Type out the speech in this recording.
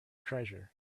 treasure